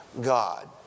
God